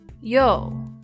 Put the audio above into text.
Yo